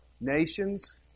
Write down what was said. nations